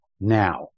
Now